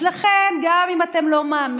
אז לכן, גם אם אתם לא מאמינים,